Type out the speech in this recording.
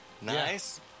Nice